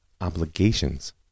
obligations